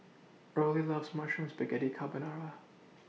Rollie loves Mushroom Spaghetti Carbonara